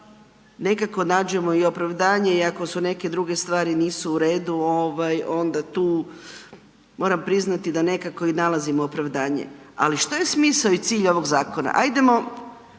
nekako nađemo i opravdanje iako su neke druge stvari nisu u redu ovaj onda tu moram priznati da nekako i nalazimo opravdanje. Ali što je smisao i cilj ovog zakona? Ajdemo